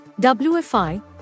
WFI